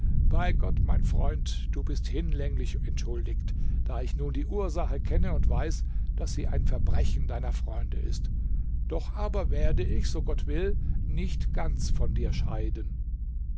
bei gott mein freund du bist hinlänglich entschuldigt da ich nun die ursache kenne und weiß daß sie ein verbrechen deiner freunde ist doch aber werde ich so gott will nicht ganz von dir scheiden